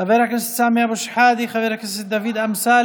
חבר הכנסת סמי אבו שחאדה, חבר הכנסת דוד אמסלם,